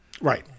Right